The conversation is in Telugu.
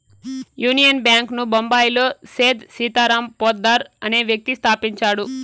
యూనియన్ బ్యాంక్ ను బొంబాయిలో సేథ్ సీతారాం పోద్దార్ అనే వ్యక్తి స్థాపించాడు